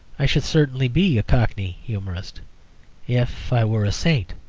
i should certainly be a cockney humourist if i were a saint,